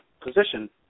position